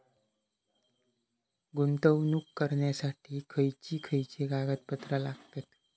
गुंतवणूक करण्यासाठी खयची खयची कागदपत्रा लागतात?